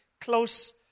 close